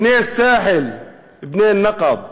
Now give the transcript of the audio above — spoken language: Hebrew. בני א-סהל, בני א-נקב,